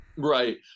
right